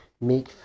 make